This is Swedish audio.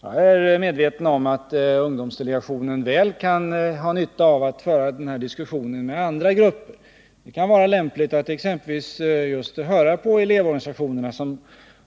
Jag är medveten om att ungdomsdelegationen kan ha nytta av att föra diskussioner med andra grupper — det kan vara lämpligt att exempelvis höra just elevorganisationerna, som